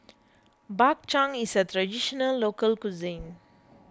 Bak Chang is a Traditional Local Cuisine